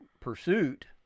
pursuit